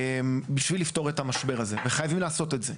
בשביל לפתור את המשבר הזה, וחייבים לעשות את זה.